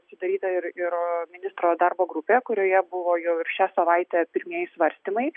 sudaryta ir ir ministro darbo grupė kurioje buvo jau ir šią savaitę pirmieji svarstymai